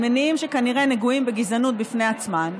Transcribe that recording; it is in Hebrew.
ממניעים שכנראה נגועים בגזענות בפני עצמם,